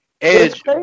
Edge